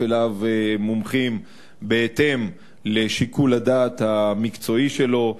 אליו מומחים בהתאם לשיקול הדעת המקצועי שלו,